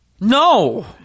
No